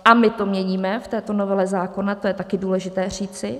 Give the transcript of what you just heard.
A my to měníme v této novele zákona, to je taky důležité říci.